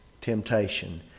temptation